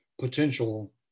potential